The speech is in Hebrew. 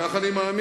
כך אני מאמין,